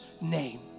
name